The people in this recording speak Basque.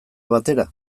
batera